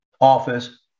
Office